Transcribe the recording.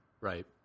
right